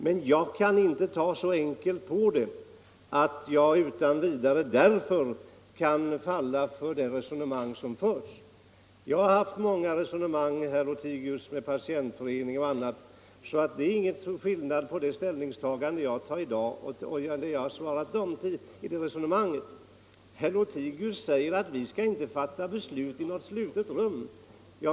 Men jag kan inte ta så lätt på det att jag därför utan vidare faller för det resonemang som förs. Jag har haft många diskussioner, herr Lothigius, med patientförening och andra, men det är ingen skillnad mellan vad jag då sagt och mitt ställningstagande i dag. Herr Lothigius säger att vi inte skall fatta beslut i ett slutet rum.